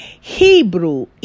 Hebrew